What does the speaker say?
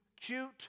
cute